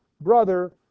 brother